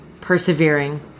persevering